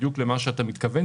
בדיוק מה שאתה מתכוון,